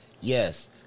yes